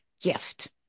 gift